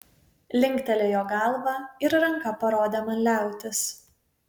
linktelėjo galva ir ranka parodė man liautis